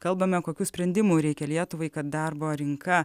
kalbame kokių sprendimų reikia lietuvai kad darbo rinka